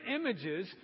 images